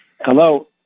hello